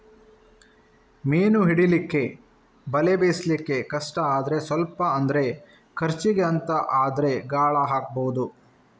ಮೀನು ಹಿಡೀಲಿಕ್ಕೆ ಬಲೆ ಬೀಸ್ಲಿಕ್ಕೆ ಕಷ್ಟ ಆದ್ರೆ ಸ್ವಲ್ಪ ಅಂದ್ರೆ ಖರ್ಚಿಗೆ ಅಂತ ಆದ್ರೆ ಗಾಳ ಹಾಕ್ಬಹುದು